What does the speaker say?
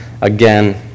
again